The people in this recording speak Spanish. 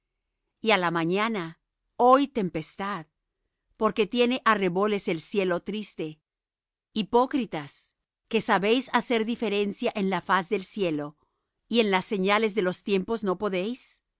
y á la mañana hoy tempestad porque tiene arreboles el cielo triste hipócritas que sabéis hacer diferencia en la faz del cielo y en las señales de los tiempos no podéis